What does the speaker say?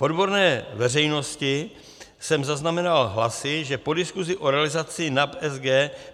V odborné veřejnosti jsem zaznamenal hlasy, že po diskusi o realizaci NAP SG